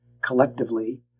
collectively